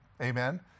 amen